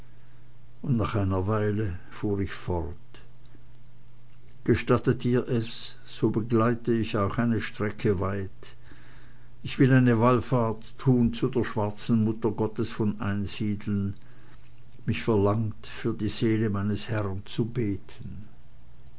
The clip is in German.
und nach einer weile fuhr ich fort gestattet ihr es so begleite ich euch eine strecke weit ich will eine wallfahrt tun zu der schwarzen muttergottes von einsiedeln mich verlangt für die seele meines herrn zu beten